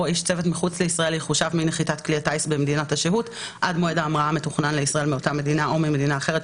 או בלא שיש בידיו אישור כמפורט בתקנה 2(א)(2) או (3),